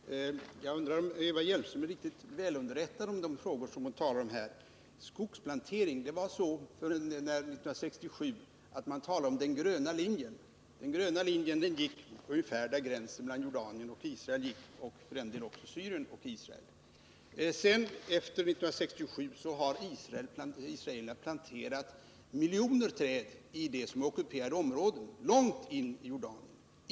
Herr talman! Jag undrar om Eva Hjelmström är helt välunderrättad i de frågor hon talar om. När det gäller skogsplanteringen talade man 1967 om den gröna linjen. Den gröna linjen gick ungefär längs gränsen mellan Jordanien och Israel och mellan Syrien och Israel. Efter 1967 har israelerna planterat miljoner träd i de ockuperade områdena, långt inne i Jordanien.